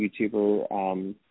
YouTuber